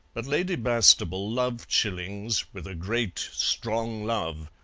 but lady bastable loved shillings with a great, strong love.